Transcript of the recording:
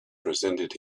presented